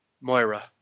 Moira